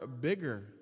bigger